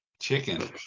Chicken